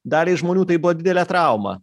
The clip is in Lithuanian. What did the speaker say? daliai žmonių tai buvo didelė trauma